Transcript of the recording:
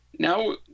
Now